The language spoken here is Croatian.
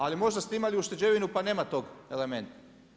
Ali možda ste imali ušteđevinu pa nema tog elementa.